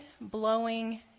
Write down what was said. blowing